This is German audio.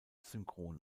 synchron